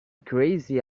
crazy